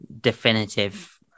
definitive